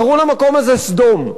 קראו למקום הזה סדום.